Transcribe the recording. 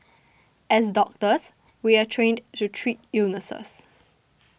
as doctors we are trained to treat illnesses